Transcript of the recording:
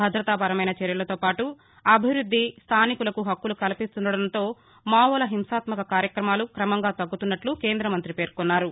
భద్రతాపరమైన చర్యలతో పాటు అభివృద్ది స్దానికులకు హక్కులు కల్పిస్తుండడంతో మావోల హింసాత్మక కార్యక్రమాలు క్రమంగా తగ్గుతున్నట్లు కేంద్ర మంతి పేర్కొన్నారు